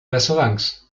restaurants